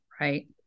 right